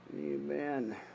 amen